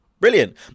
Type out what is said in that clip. Brilliant